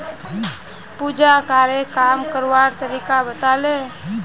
पूजाकरे काम करवार तरीका बताले